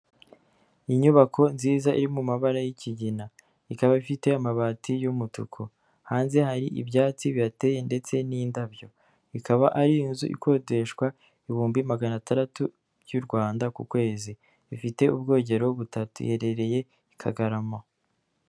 Inyubako nziza iri mu mabara y'ikigina, ikaba ifite amabati y'umutuku, hanze hari ibyatsi bihateye ndetse n'indabyo, ikaba ari inzu ikodeshwa ibihumbi magana atandatu by'u Rwanda ku kwezi, ifite ubwogero butatu, iherereye i Kagarama.